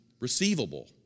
receivable